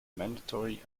mandatory